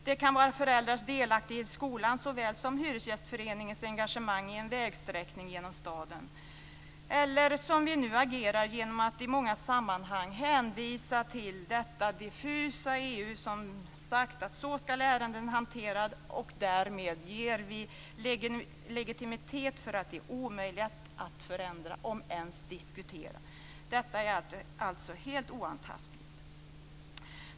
Det kan vara föräldrars delaktighet i skolan såväl som hyresgästföreningens engagemang i en vägsträckning genom staden. Eller också agerar vi, som nu, genom att i många sammanhang hänvisa till detta diffusa EU, som har sagt hur ärenden skall hanteras. Därmed ger vi legitimitet åt att det är omöjligt att förändra, om ens diskutera. Detta är alltså helt oantastligt.